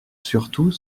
surtout